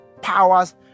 powers